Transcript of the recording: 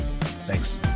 Thanks